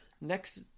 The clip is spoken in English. next